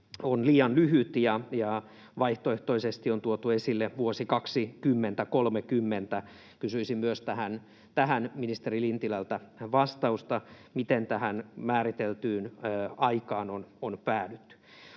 on liian lyhyt, ja vaihtoehtoisesti on tuotu esille vuosi 2030. Kysyisin myös tähän ministeri Lintilältä vastausta: miten tähän määriteltyyn aikaan on päädytty?